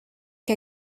que